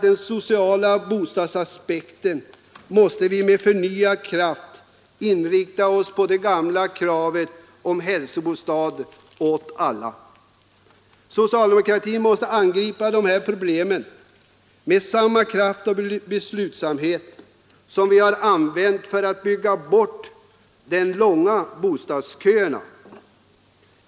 Den sociala bostadsaspekten visar att vi med förnyad kraft måste inrikta oss på kravet på hälsobostad åt alla. Socialdemokratin måste angripa dessa problem med samma kraft och beslutsamhet som vi använt för att bygga bort de långa bostadsköerna.